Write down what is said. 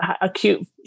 acute